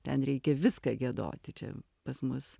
ten reikia viską giedoti čia pas mus